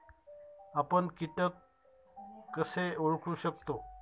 आपण कीटक कसे ओळखू शकतो?